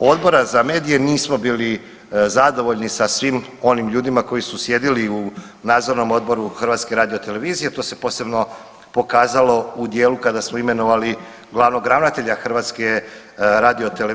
Odbora za medije nismo bili zadovoljni sa svim onim ljudima koji su sjedili u nadzornom odboru HRT-a to se posebno pokazalo u dijelu kada smo imenovali glavnog ravnatelja HRT-a.